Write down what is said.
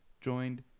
joined